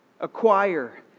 acquire